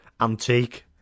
Antique